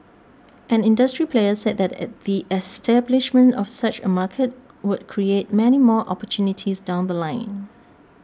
an industry player said that a the establishment of such a market would create many more opportunities down The Line